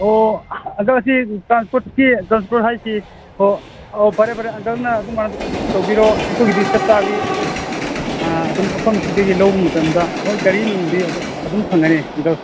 ꯑꯣ ꯑꯗꯣ ꯁꯤ ꯇ꯭ꯔꯥꯟꯁꯄꯣꯠꯀꯤ ꯇ꯭ꯔꯥꯟꯁꯄꯣꯠ ꯍꯥꯏꯁꯤ ꯑꯣ ꯑꯣ ꯐꯔꯦ ꯐꯔꯦ ꯑꯪꯀꯜꯅ ꯑꯗꯨꯃꯥꯏꯅ ꯇꯧꯕꯤꯔꯣ ꯑꯩꯈꯣꯏꯒꯤꯗꯤ ꯆꯞ ꯆꯥꯕꯤ ꯑꯩꯈꯣꯏ ꯑꯥ ꯑꯗꯨꯝ ꯃꯐꯝꯁꯤꯗꯒꯤ ꯂꯧꯕ ꯃꯇꯃꯗ ꯍꯣꯏ ꯒꯥꯔꯤ ꯅꯨꯡꯕꯨꯗꯤ ꯑꯗꯣ ꯑꯗꯨꯝ ꯐꯪꯒꯅꯤ ꯑꯪꯀꯜ